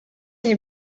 nie